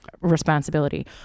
responsibility